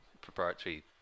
proprietary